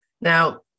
Now